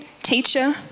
teacher